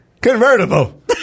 Convertible